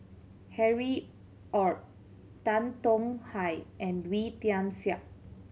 Harry Ord Tan Tong Hye and Wee Tian Siak